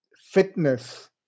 fitness